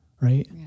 Right